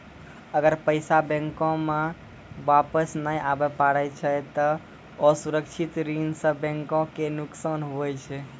अगर पैसा बैंको मे वापस नै आबे पारै छै ते असुरक्षित ऋण सं बैंको के नुकसान हुवै छै